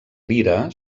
lira